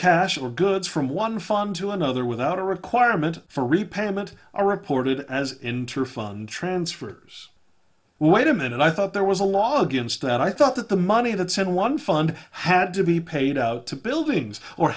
cash or goods from one fund to another without a requirement for repayment are reported as inter fund transfers wait a minute i thought there was a law against that i thought that the money that said one fund had to be paid out to buildings or